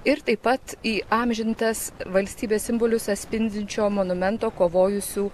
ir taip pat įamžintas valstybės simbolius atspindinčio monumento kovojusių